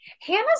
hannah's